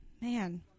Man